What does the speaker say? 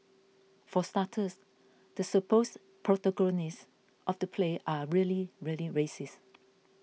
for starters the supposed 'protagonists' of the play are really really racist